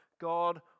God